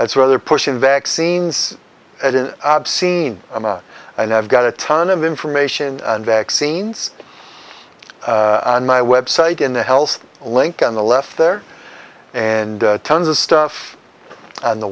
that's rather pushing vaccines at an obscene amount and i've got a ton of information vaccines and my website in the health link on the left there and tons of stuff on the